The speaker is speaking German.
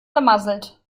vermasselt